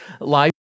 life